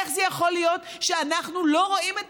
איך זה יכול להיות שאנחנו לא רואים את